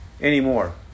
anymore